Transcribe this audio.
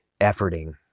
efforting